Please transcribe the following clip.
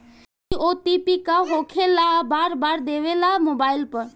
इ ओ.टी.पी का होकेला बार बार देवेला मोबाइल पर?